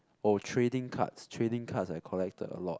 oh trading cards trading cards I collected a lot